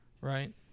right